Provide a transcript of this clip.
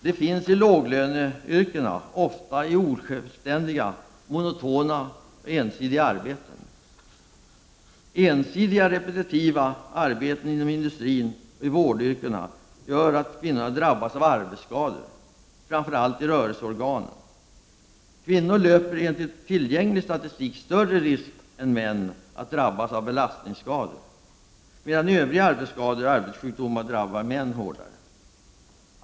De finns i låglöneyrkena, ofta med osjälvständiga, monotona och ensidiga arbeten. Ensidiga repetitiva arbeten inom industrin och i vårdyrkena gör att kvinnor drabbas av arbetsskador, framför allt i rörelseorganen. Kvinnor löper, enligt tillgänglig statistik, större risk än män att drabbas av belastningsskador, medan övriga arbetsskador och arbetsjukdomar drabbar män hårdare.